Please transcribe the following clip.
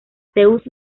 zeus